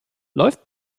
läuft